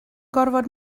gorfod